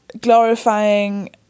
glorifying